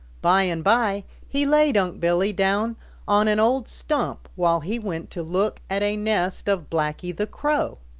by and by he laid unc' billy down on an old stump while he went to look at a nest of blacky the crow.